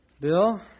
Bill